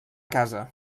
casa